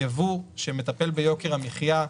יבוא שמטפל ביוקר המחיה.